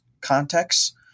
contexts